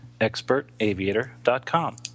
expertaviator.com